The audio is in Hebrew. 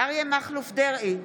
אריה מכלוף דרעי,